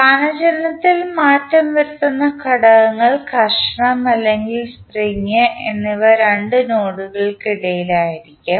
സ്ഥാനചലനത്തിൽ മാറ്റം വരുത്തുന്ന ഘടകം ഘർഷണം അല്ലെങ്കിൽ സ്പ്രിങ് എന്നിവ രണ്ട് നോഡുകൾക്കിടയിലായിരിക്കും